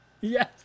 Yes